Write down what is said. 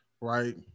right